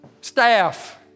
staff